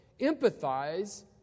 empathize